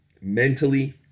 Mentally